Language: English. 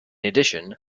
addition